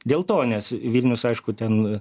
dėl to nes vilnius aišku ten